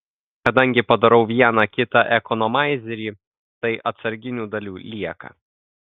kadangi padarau vieną kitą ekonomaizerį tai atsarginių dalių lieka